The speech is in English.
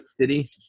city